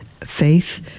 faith